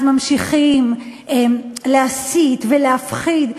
ממשיכים להסית ולהפחיד.